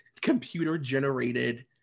computer-generated